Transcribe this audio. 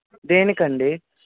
దేనికండి